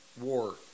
war